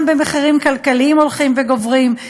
גם במחירים כלכליים הולכים וגוברים.